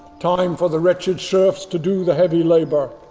time for the wretched serfs to do the heavy labour.